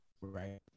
Right